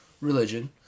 religion